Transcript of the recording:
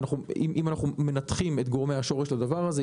אם אנחנו מנתחים את גורמי השורש לדבר הזה,